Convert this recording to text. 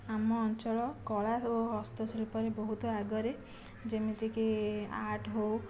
ଆମ ଅଞ୍ଚଳ କଳା ଏବଂ ହସ୍ତଶିଳ୍ପରେ ବହୁତ ଆଗରେ ଯେମିତିକି ଆର୍ଟ ହେଉ